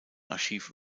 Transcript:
archiv